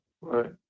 Right